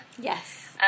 Yes